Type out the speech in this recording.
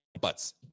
buts